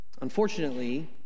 Unfortunately